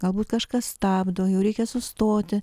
galbūt kažkas stabdo jau reikia sustoti